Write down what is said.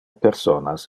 personas